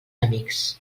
amics